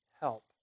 help